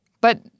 But-